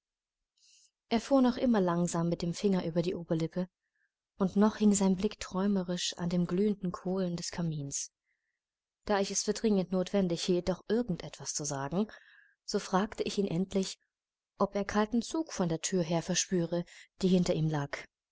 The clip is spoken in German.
er fuhr noch immer langsam mit dem finger über die oberlippe und noch hing sein blick träumerisch an den glühenden kohlen des kamins da ich es für dringend notwendig hielt doch irgend etwas zu sagen so fragte ich ihn endlich ob er kalten zug von der thür her verspüre die hinter ihm lag